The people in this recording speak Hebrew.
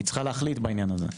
היא צריכה להחליט בעניין הזה.